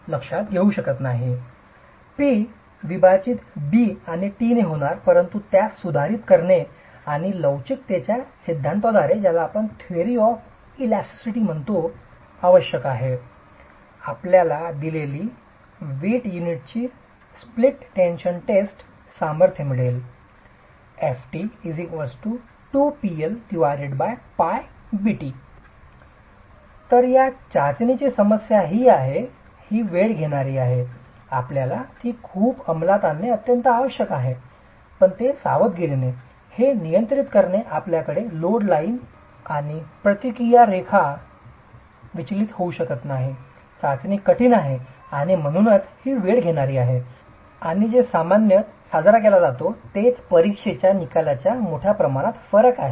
P विभाजित b t होणार परंतु त्यास सुधारित करणे आणि लवचिकतेच्या सिद्धांताद्वारे आवश्यक आहे आपल्याला येथे दिलेली वीट युनिटची स्प्लिट टेन्शन टेस्ट सामर्थ्य मिळेल ft 2P L b t तर या चाचणीची समस्या ही आहे ही वेळ घेणारी आहे आपल्याला ती खूप अमलात आणणे आवश्यक आहे सावधगिरीने हे नियंत्रित करणे आपल्याकडे लोड लाइन आणि प्रतिक्रिया रेखा विचलित होऊ शकत नाही चाचणी कठीण आहे आणि म्हणूनच ही वेळ घेणारी आहे आणि जे सामान्यत साजरा केला जातो तेच परीक्षेच्या निकालात मोठ्या प्रमाणात फरक आहे